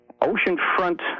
Oceanfront